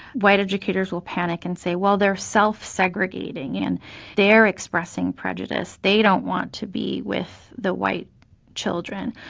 white educators will panic and say, well, they're self-segregating, and they're expressing prejudice, they don't want to be with the white children.